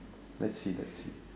let's see let's see